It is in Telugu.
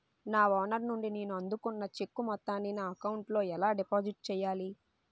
నా ఓనర్ నుండి నేను అందుకున్న చెక్కు మొత్తాన్ని నా అకౌంట్ లోఎలా డిపాజిట్ చేయాలి?